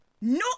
No